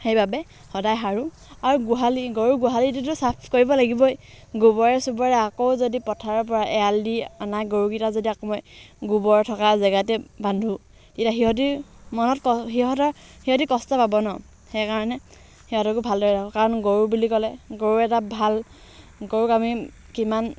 সেইবাবে সদায় সাৰোঁ আৰু গোহালি গৰু গোহালিটোতো চাফ কৰিব লাগিবই গোবৰে চোবৰে আকৌ যদি পথাৰৰ পৰা এৰাল দি অনা গৰুকেইটা যদি আকৌ মই গোবৰ থকা জেগাতে বান্ধো তেতিয়া সিহঁতি মনত কষ্ট সিহঁতৰ সিহঁতি কষ্ট পাব ন সেইকাৰণে সিহঁতকো ভালদৰে ৰাখোঁ কাৰণ গৰু বুলি ক'লে গৰু এটা ভাল গৰুক আমি কিমান